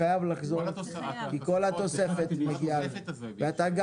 זה חייב לחזור כי כל התוספת מגיעה לזה ואתה גם